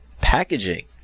packaging